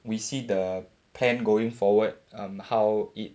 we see the plan going forward um how it